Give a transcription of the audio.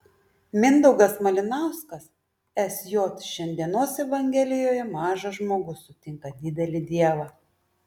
mindaugas malinauskas sj šiandienos evangelijoje mažas žmogus sutinka didelį dievą